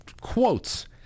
quotes